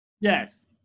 Yes